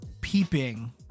peeping